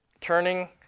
turning